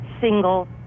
single